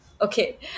Okay